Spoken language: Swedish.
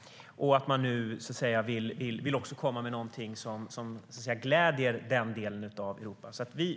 Nu vill man komma med något som gläder den delen av Europa.